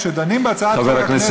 כשדנים בהצעת חבר הכנסת,